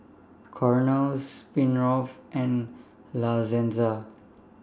Cornell Smirnoff and La Senza